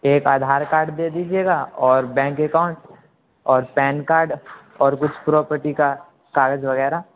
ایک آدھار کاڈ دے دیجیے گا اور بینک اکاؤنٹ اور پین کاڈ اور کچھ پراپرٹی کا کاغذ وغیرہ